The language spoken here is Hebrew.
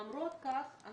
למרות כך,